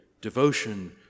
devotion